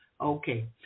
Okay